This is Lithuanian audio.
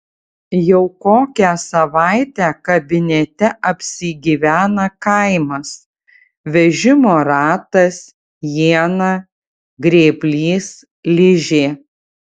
jau kokią savaitę kabinete apsigyvena kaimas vežimo ratas iena grėblys ližė